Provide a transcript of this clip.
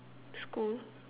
school